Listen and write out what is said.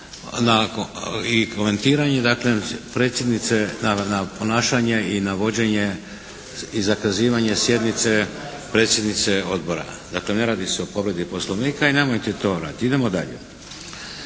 i komentiranje dakle predsjednice na ponašanje i vođenje i zakazivanje sjednice predsjednice odbora. Dakle, ne radi se o povredi Poslovnika i nemojte to raditi. Idemo dalje.